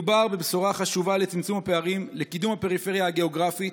מדובר בבשורה חשובה לצמצום הפערים ולקידום הפריפריה הגיאוגרפית.